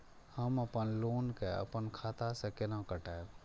हम अपन लोन के अपन खाता से केना कटायब?